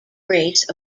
race